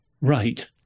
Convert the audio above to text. right